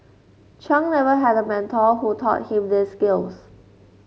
Chung never had a mentor who taught him these skills